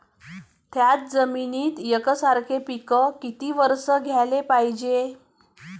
थ्याच जमिनीत यकसारखे पिकं किती वरसं घ्याले पायजे?